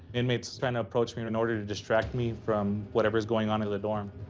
inmates trying to approach me in in order to distract me from whatever is going on in the dorm.